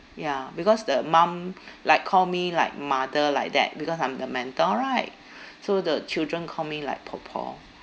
ya because the mum like call me like mother like that because I'm the mentor right so the children call me like po po